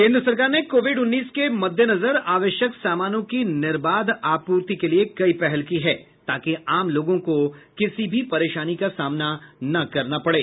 केन्द्र सरकार ने कोविड उन्नीस के मद्देनजर आवश्यक सामानों की निर्बाध आपूर्ति के लिए कई पहल की है ताकि आम लोगों को किसी भी परेशानी का सामना न करना पड़े